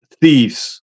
thieves